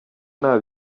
nta